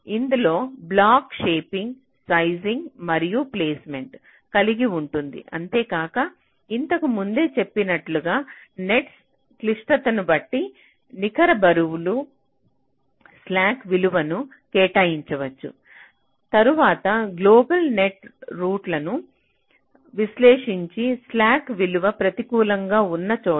ఇందులో block shaping sizing మరియు ప్లేస్మెంట్ను కలిగి ఉంటుంది అంతేకాక ఇంతకు ముందే చెప్పినట్లుగా నెట్స్కు క్లిష్టతను బట్టి నికర బరువులు స్లాక్ విలువను కేటాయించవచ్చు తరువాత గ్లోబల్ నెట్ రూట్లను విశ్లేషించి స్లాక్ విలువ ప్రతికూలంగా ఉన్నచోట